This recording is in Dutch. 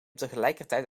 tegelijkertijd